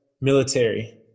military